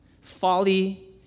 folly